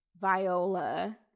Viola